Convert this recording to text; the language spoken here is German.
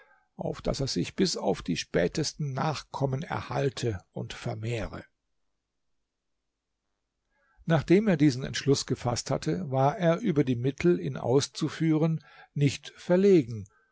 auf daß er sich bis auf die spätesten nachkommen erhalte und vermehre nachdem er diesen entschluß gefaßt hatte war er über die mittel ihn auszuführen nicht verlegen